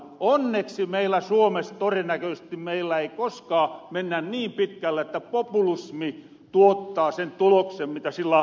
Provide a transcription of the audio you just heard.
onneksi meillä suomessa torennäköösesti ei koskaan mennä niin pitkälle että populismi tuottaa sen tuloksen mitä sillä haetahan